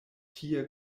tie